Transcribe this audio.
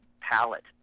palette